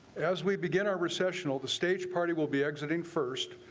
as we begin our recessional the stage party will be exiting first,